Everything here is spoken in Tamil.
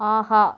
ஆஹா